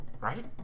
Right